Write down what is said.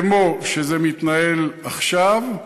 כמו שזה מתנהל עכשיו,